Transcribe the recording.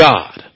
God